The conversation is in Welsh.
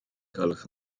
gwelwch